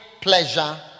pleasure